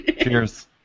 Cheers